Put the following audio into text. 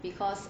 because